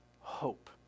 Hope